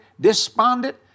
despondent